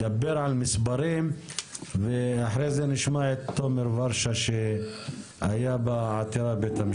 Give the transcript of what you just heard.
דבר על מספרים ואחרי זה נשמע את תומר ורשה שהיה בעתירה בבית המשפט.